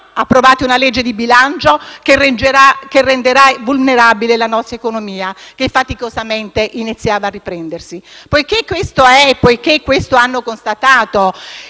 approvate una legge di bilancio che renderà vulnerabile la nostra economia, che, faticosamente, iniziava a riprendersi. Poiché questo è e poiché questo hanno constatato